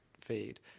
feed